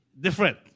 different